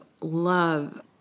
love